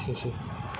एसेनोसै